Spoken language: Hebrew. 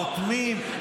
חותמים,